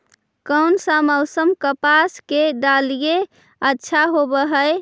कोन सा मोसम कपास के डालीय अच्छा होबहय?